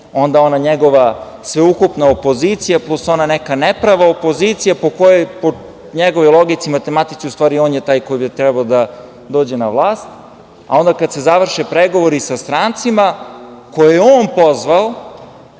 ne, onda njegova sveukupna opozicija, plus ona neka neprava opozicija i po njegovoj logici, matematici, u stvari on je taj koji bi trebao dođe na vlast. Onda kada se završe pregovori sa strancima koje je on pozvao,